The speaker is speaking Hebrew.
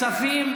כספים?